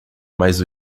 mas